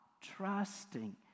trusting